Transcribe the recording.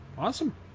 Awesome